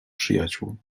przyjaciół